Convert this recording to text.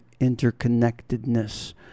interconnectedness